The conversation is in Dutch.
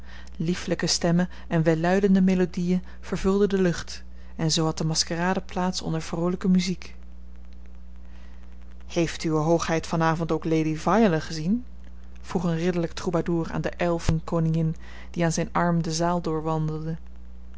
lieflijke stemmen en welluidende melodieën vervulden de lucht en zoo had de maskerade plaats onder vroolijke muziek heeft uwe hoogheid van avond ook lady viola gezien vroeg een ridderlijk troubadour aan de elfenkoningin die aan zijn arm de zaal doorwandelde